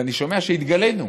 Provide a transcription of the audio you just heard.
ואני שומע שהתגלינו,